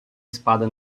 espada